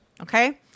okay